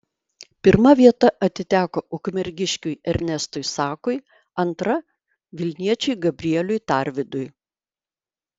pirma vieta atiteko ukmergiškiui ernestui sakui antra vilniečiui gabrieliui tarvidui